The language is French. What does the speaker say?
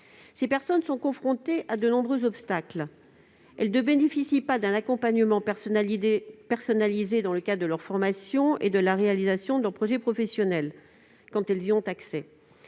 de handicap sont confrontés à de nombreux obstacles. Ils ne bénéficient pas d'un accompagnement personnalisé, dans le cadre de leur formation et de la réalisation de leur projet professionnel, lorsqu'ils y ont accès.